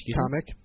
comic